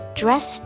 dress